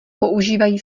používají